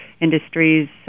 industries